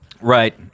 Right